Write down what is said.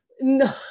No